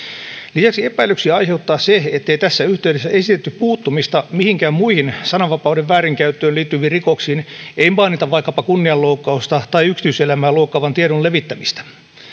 lisäksi epäilyksiä aiheuttaa se ettei tässä yhteydessä esitetty puuttumista mihinkään muihin sananvapauden väärinkäyttöön liittyviin rikoksiin ei mainita vaikkapa kunnianloukkausta tai yksityiselämää loukkaavan tiedon levittämistä